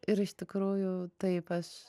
ir iš tikrųjų taip aš